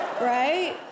right